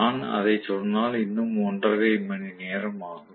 நான் அதை சொன்னால் இன்னும் ஒன்றரை மணி நேரம் ஆகும்